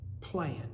plan